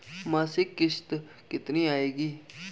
मासिक किश्त कितनी आएगी?